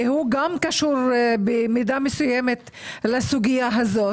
שהוא גם קשור במידה מסוימת לסוגיה הזאת.